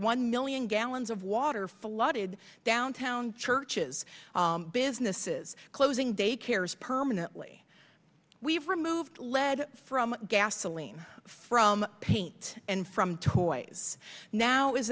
one million gallons of water flooded downtown churches businesses closing daycares permanently we've removed lead from gasoline from paint and from toys now is